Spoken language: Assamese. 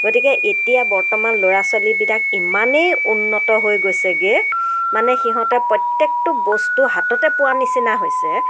গতিকে এতিয়া বৰ্তমান ল'ৰা ছোৱালীবিলাক ইমানেই উন্নত হৈ গৈছেগৈ মানে সিহঁতে প্ৰত্য়েকটো বস্তু হাততে পোৱা নিচিনা হৈছে